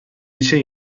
için